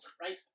right